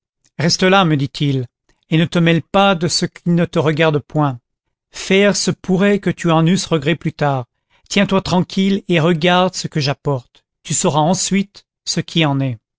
reste là me dit-il et ne te mêle pas de ce qui ne te regarde point faire se pourrait que tu en eusses regret plus tard tiens-toi tranquille et regarde ce que j'apporte tu sauras ensuite ce qui en est